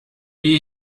wie